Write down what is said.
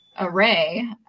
array